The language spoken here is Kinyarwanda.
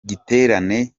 giterane